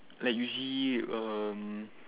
like usually um